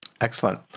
Excellent